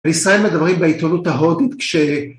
וישראל מדברים בעיתונות ההודית כש...